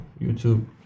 YouTube